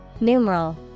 Numeral